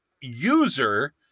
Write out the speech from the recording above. user